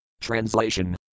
Translation